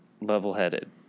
Level-headed